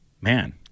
man